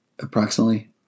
approximately